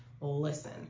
Listen